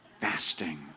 fasting